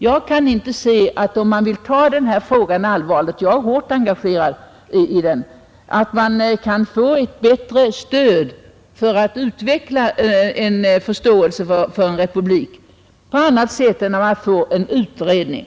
Jag kan inte se att den som vill ta den här frågan allvarligt — jag är hårt engagerad i den — kan få ett bättre stöd för att utveckla en förståelse för en republik än genom en utredning.